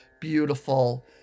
beautiful